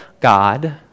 God